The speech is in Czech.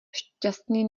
šťastný